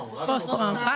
פוסט טראומה.